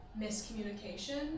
miscommunication